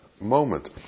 moment